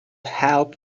help